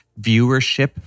viewership